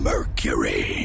Mercury